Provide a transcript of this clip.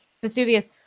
vesuvius